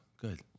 good